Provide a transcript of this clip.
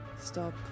Stop